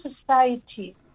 society